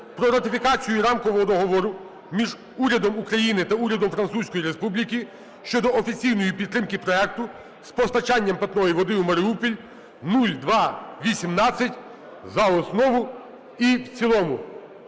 про ратифікацію Рамкового договору між Урядом України та Урядом Французької Республіки щодо офіційної підтримки проекту з постачання питної води у Маріуполі (0218) за основу і в цілому.